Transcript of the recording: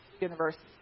university